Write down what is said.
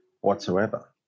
whatsoever